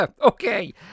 Okay